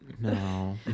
No